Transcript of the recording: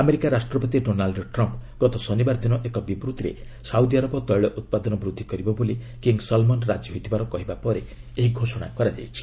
America ରାଷ୍ଟ୍ରପତି Donald Trump ଗତ ଶନିବାର ଦିନ ଏକ ବିବୂଭିରେ ସାଉଦି ଆରବ ତେଳ ଉତ୍ପାଦନ ବୃଦ୍ଧି କରିବ ବୋଲି କିଙ୍ଗ୍ ସଲ୍ମନ୍ ରାଜି ହୋଇଥିବାର କହିବା ପରେ ଏହି ଘୋଷଣା କରାଯାଇଛି